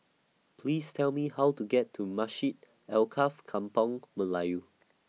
Please Tell Me How to get to Masjid Alkaff Kampung Melayu